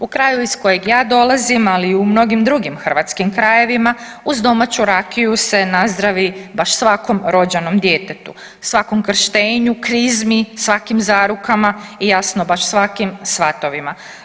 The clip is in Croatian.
U kraju iz kojeg ja dolazim, ali i u mnogim drugim hrvatskim krajevima uz domaću rakiju se nazdravi baš svakom rođenom djetetu, svakom krštenju, krizmi, svakim zarukama i jasno baš svakim svatovima.